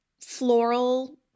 floral